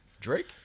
Drake